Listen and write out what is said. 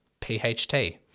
PHT